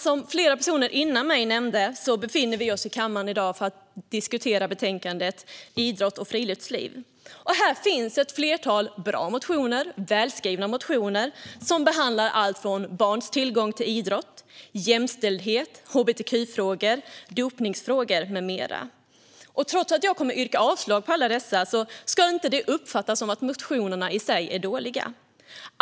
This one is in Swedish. Som flera personer före mig har nämnt befinner vi oss i kammaren för att debattera betänkandet Idrott och friluftsliv . Här finns ett flertal bra och välskrivna motioner som behandlar allt från barns tillgång till idrott, jämställdhet, hbtq-frågor, dopningsfrågor med mera. Att jag kommer att yrka avslag på dem ska inte uppfattas som att motionerna i sig är dåliga.